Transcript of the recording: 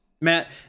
Matt